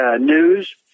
news